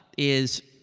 is,